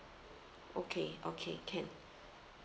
okay okay can